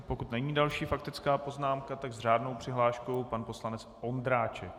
Pokud není další faktická poznámka, tak s řádnou přihláškou pan poslanec Ondráček.